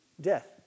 Death